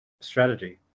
strategy